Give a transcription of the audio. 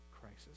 crisis